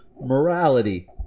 morality